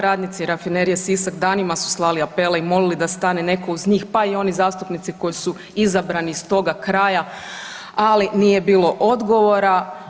Radnici Rafinerije Sisak danima su slali apele i molili da stane netko uz njih, pa i oni zastupnici koji su izabrani iz toga kraja, ali nije bilo odgovora.